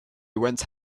went